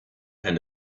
and